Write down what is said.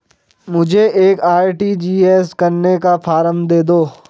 मुझे एक आर.टी.जी.एस करने का फारम दे दो?